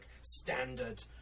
standard